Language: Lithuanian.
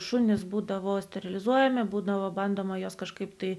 šunys būdavo sterilizuojami būdavo bandoma juos kažkaip tai